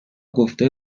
گفته